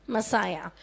Messiah